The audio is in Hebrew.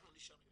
אנחנו נשארים